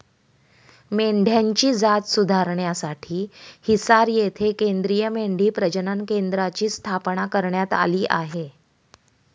मेंढ्यांची जात सुधारण्यासाठी हिसार येथे केंद्रीय मेंढी प्रजनन केंद्राची स्थापना करण्यात आली आहे